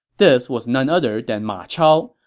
this was none other than ma chao.